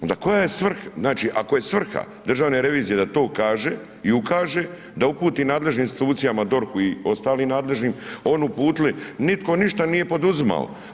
Onda koja je svrha, znači, ako je svrha državne revizije da to kaže i ukaže, da uputi nadležnim institucijama DORH-u i ostalim nadležnim, oni uputili, nitko ništa nije poduzimao.